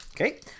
Okay